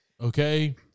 Okay